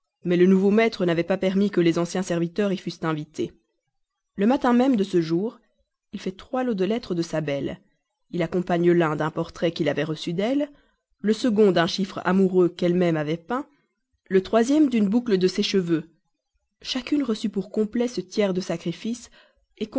mais le nouveau maître n'avait pas permis que les anciens serviteurs y fussent invités le matin même de ce jour il fait trois lots des lettres de sa belle il accompagne l'un du portrait qu'il avait reçu d'elle le second d'un chiffre amoureux qu'elle-même avait peint le troisième d'une boucle de ses cheveux chacune reçut pour complet ce tiers de sacrifice